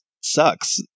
sucks